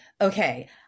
Okay